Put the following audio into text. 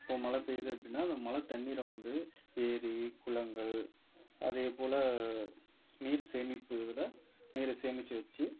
இப்போ மழை பெய்யுது அப்படினா அந்த மழை தண்ணீரை வந்து ஏரி குளங்கள் அதேபோல் நீர் சேமிப்பு இதில் நீரை சேமித்து வச்சு